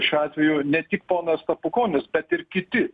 šiuo atveju ne tik ponas stepukonis bet ir kiti